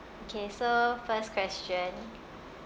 okay so first question